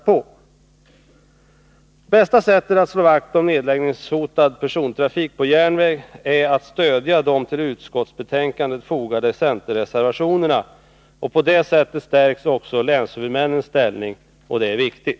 Det bästa sättet att slå vakt om nedläggningshotad persontrafik på järnväg äratt stödja de till utskottsbetänkandet fogade centerreservationerna. På det sättet stärks också länshuvudmännens ställning — och det är viktigt.